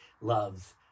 loves